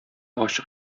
ачык